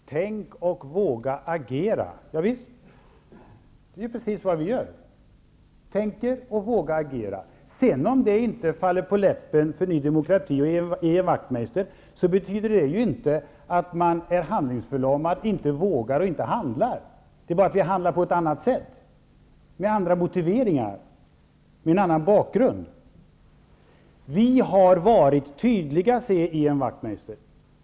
Herr talman! Tänk och våga agera, sade Ian Wachtmeister. Javisst, det är ju precis vad vi gör. Vi tänker och vågar agera. Om det sedan inte faller Ny demokrati och Ian Wachtmeister på läppen betyder det inte att vi är handlingsförlamade, att vi inte vågar handla och att vi inte handlar. Det är bara det att vi handlar på ett annat sätt, med andra motiveringar och med en annan bakgrund. Vi har varit tydliga, sade Ian Wachtmeister.